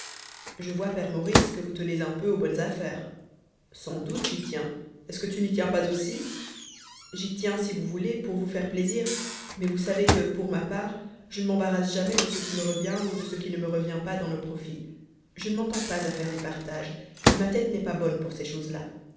je vois père maurice que vous tenez un peu aux bonnes affaires sans doute j'y tiens est-ce que tu n'y tiens pas aussi j'y tiens si vous voulez pour vous faire plaisir mais vous savez que pour ma part je ne m'embarrasse jamais de ce qui me revient ou de ce qui ne me revient pas dans nos profits je ne m'entends pas à faire des partages et ma tête n'est pas bonne pour ces choses-là